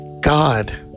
god